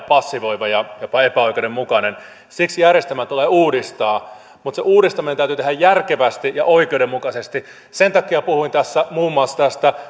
passivoiva ja jopa epäoikeudenmukainen siksi järjestelmä tulee uudistaa mutta se uudistaminen täytyy tehdä järkevästi ja oikeudenmukaisesti sen takia puhuin tässä muun muassa tästä